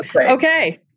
Okay